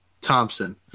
Thompson